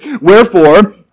wherefore